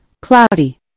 cloudy